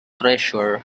treasure